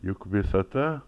juk visata